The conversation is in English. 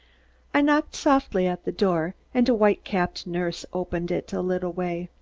i knocked softly at the door and a white-capped nurse opened it a little way,